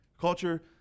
Culture